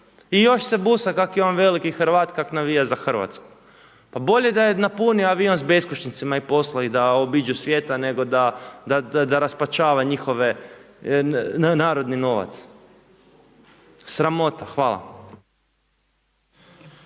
i još se busa kak je on veliki Hrvat kak navija za Hrvatsku. Pa bolje da je napunio avion s beskućnicima i poslao ih da obiđu svijeta nego da raspačava njihove narodni novac. Sramota. Hvala.